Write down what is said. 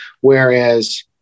Whereas